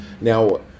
Now